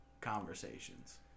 conversations